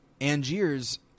Angier's